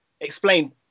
explain